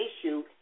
issue